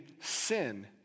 sin